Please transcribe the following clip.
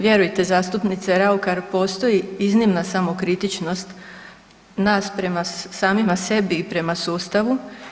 Vjerujte zastupnice Raukar postoji iznimna samokritičnost nas prema samima sebi i prema sustavu.